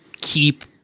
keep